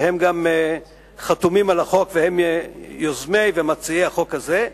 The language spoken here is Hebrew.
שהם גם חתומים על החוק והם היוזמים והמציעים של החוק הזה,